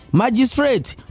magistrate